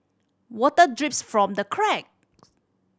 water drips from the crack